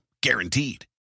guaranteed